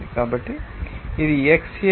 కాబట్టి ఇది XAPAv p గా ఉంటుంది